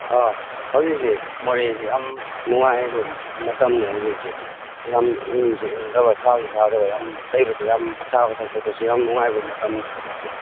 ꯑꯥ ꯍꯧꯖꯤꯛꯁꯤ ꯃꯣꯔꯦꯁꯤ ꯌꯥꯝ ꯅꯨꯡꯉꯥꯏꯕ ꯃꯇꯝꯅꯦ ꯍꯧꯖꯤꯛꯁꯦ ꯌꯥꯝ ꯏꯪꯁꯨ ꯏꯪꯗꯕ ꯁꯥꯁꯨ ꯁꯥꯗꯕ ꯌꯥꯝ ꯂꯩꯕꯗ ꯌꯥꯝ ꯆꯥꯕ ꯊꯛꯄꯗꯁꯨ ꯌꯥꯝ ꯅꯨꯡꯉꯥꯏꯕ ꯃꯇꯝꯅꯦ ꯍꯧꯖꯤꯛꯁꯦ